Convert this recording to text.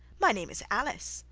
my name is alice,